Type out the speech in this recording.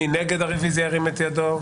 מי נגד הרביזיה, ירים את ידו.